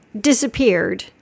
disappeared